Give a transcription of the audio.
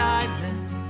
island